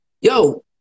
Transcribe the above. yo